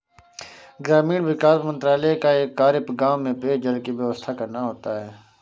ग्रामीण विकास मंत्रालय का एक कार्य गांव में पेयजल की व्यवस्था करना होता है